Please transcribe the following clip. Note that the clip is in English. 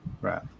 right